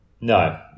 No